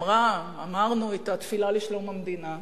אמרנו את התפילה לשלום המדינה.